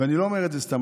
ואני לא אומר את זה סתם,